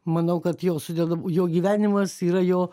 manau kad jo sudeda jo gyvenimas yra jo